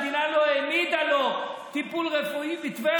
המדינה לא העמידה לו טיפול רפואי בטבריה,